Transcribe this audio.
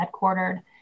headquartered